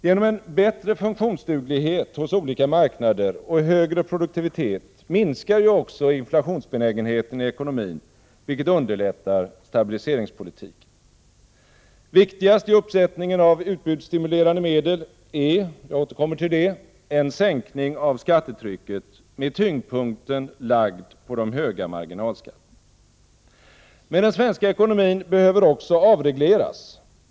Genom en bättre funktionsduglighet hos olika marknader och högre produktivitet minskar också inflationsbenägenheten i ekonomin, vilket underlättar stabiliseringspolitiken. Viktigast i uppsättningen av utbudsstimulerande medel är — jag återkommer till det — en sänkning av skattetrycket med tyngdunkten lagd på de höga marginalskatterna. Men den svenska ekonomin behöver också avregleras.